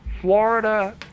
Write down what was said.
Florida